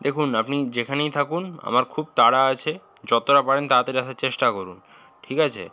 দেখুন আপনি যেখানেই থাকুন আমার খুব তাড়া আছে যতটা পারেন তাতাড়ি আসার চেষ্টা করুন ঠিক আছে